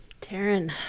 Taryn